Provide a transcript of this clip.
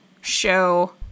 show